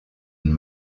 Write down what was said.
ein